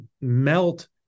melt